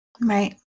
Right